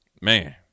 Man